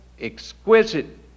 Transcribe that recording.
exquisite